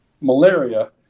malaria